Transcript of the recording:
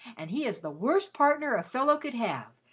and he is the worst partner a fellow could have!